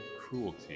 cruelty